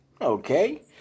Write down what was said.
okay